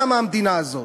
קמה המדינה הזאת.